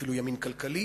אפילו ימין כלכלי,